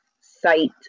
site